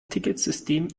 ticketsystem